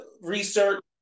research